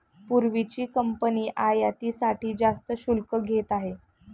पूर्वीची कंपनी आयातीसाठी जास्त शुल्क घेत असे